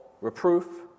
reproof